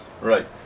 Right